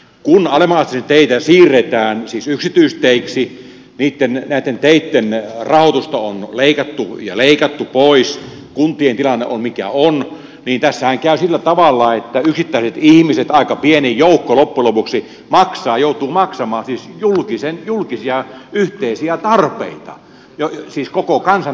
kun alemmanasteisia teitä siirretään yksityisteiksi näiden teitten rahoitusta on leikattu pois ja kuntien tilanne on mikä on niin tässähän käy sillä tavalla että yksittäiset ihmiset aika pieni joukko loppujen lopuksi joutuvat maksamaan julkisia yhteisiä tarpeita siis koko kansan yhteisiä tarpeita